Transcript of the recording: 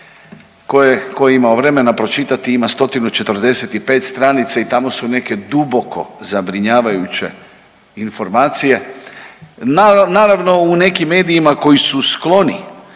tko je imao vremena pročitati, ima 145 stranica i tamo su neke duboko zabrinjavajuće informacije. Naravno, u nekim medijima koji su skloni